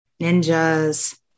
Ninjas